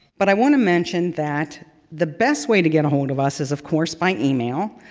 but i want to mention that the best way to get ahold of us is of course by email,